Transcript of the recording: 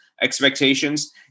expectations